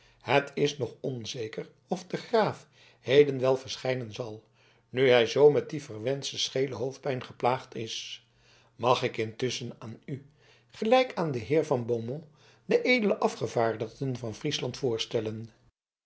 het is nog onzeker of de graaf heden wel verschijnen zal nu hij zoo met die verwenschte schele hoofdpijn geplaagd is mag ik intusschen aan u gelijk aan den heer van beaumont de edele afgevaardigden van friesland voorstellen